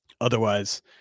Otherwise